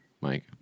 Mike